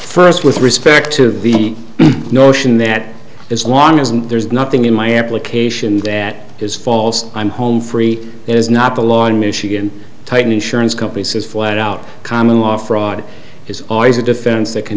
first with respect to the notion that as long as there's nothing in my application that is false i'm home free is not the law in michigan titan insurance company says flat out common law fraud is always a defense that can